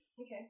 Okay